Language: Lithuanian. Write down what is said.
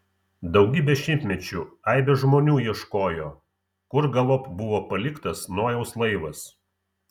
daugybę šimtmečių aibės žmonių ieškojo kur galop buvo paliktas nojaus laivas